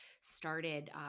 started